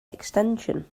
extension